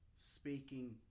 speaking